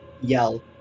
yell